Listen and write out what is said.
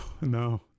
no